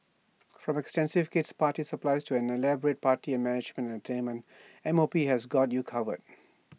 from extensive kid's party supplies to an elaborate party management and entertainment M O P has got you covered